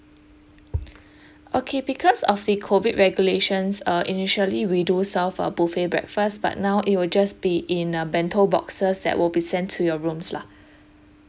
okay because of the COVID regulations uh initially we do serve a buffet breakfast but now it will just be in a bento boxes that will be sent to your rooms lah